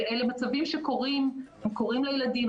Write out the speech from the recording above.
ואלה מצבים שקורים לילדים,